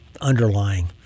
underlying